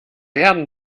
werden